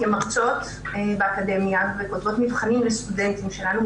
כמרצות באקדמיה וכותבות מבחנים לסטודנטים שלנו,